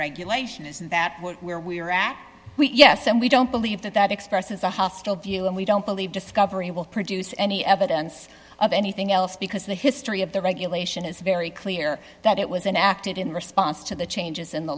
regulation is that what we're we're act yes and we don't believe that that expresses a hostile view and we don't believe discovery will produce any evidence of anything else because the history of the regulation is very clear that it was an acted in response to the changes in the